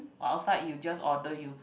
or outside you just order you